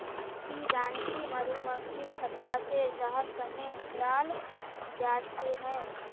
ती जानछि मधुमक्खीर छत्ता से शहद कंन्हे निकालाल जाच्छे हैय